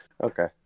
Okay